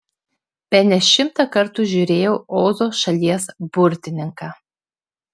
bene šimtą kartų žiūrėjau ozo šalies burtininką